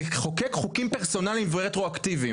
לחוקק חוקים פרסונליים ורטרואקטיביים.